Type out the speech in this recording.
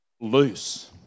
Loose